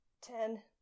ten